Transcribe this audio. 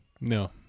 No